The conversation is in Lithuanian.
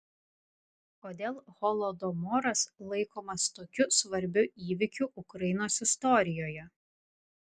kodėl holodomoras laikomas tokiu svarbiu įvykiu ukrainos istorijoje